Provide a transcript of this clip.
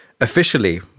officially